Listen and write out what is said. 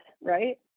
right